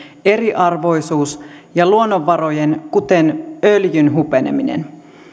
eriarvoisuus ja luonnonvarojen kuten öljyn hupeneminen